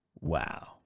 Wow